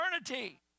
eternity